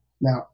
Now